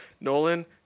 Nolan